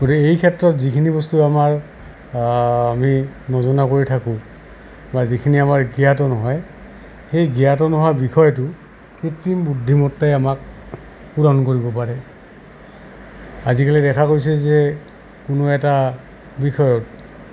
গতিকে এই ক্ষেত্ৰত যিখিনি বস্তু আমাৰ আমি নজনা কৰি থাকোঁ বা যিখিনি আমাৰ জ্ঞাত নহয় সেই জ্ঞাত নোহোৱা বিষয়টো কৃত্ৰিম বুদ্ধিমত্তাই আমাক পূৰণ কৰিব পাৰে আজিকালি দেখা গৈছে যে কোনো এটা বিষয়ত